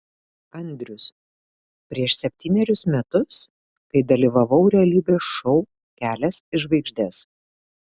andrius prieš septynerius metus kai dalyvavau realybės šou kelias į žvaigždes